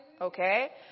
okay